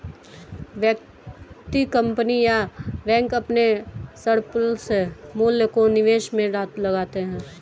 व्यक्ति, कंपनी या बैंक अपने सरप्लस मूल्य को निवेश में लगाते हैं